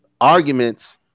arguments